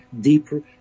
deeper